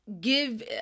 give